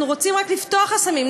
אנחנו רוצים רק לפתוח חסמים.